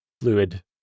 fluid